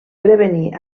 prevenir